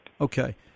Okay